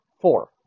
Four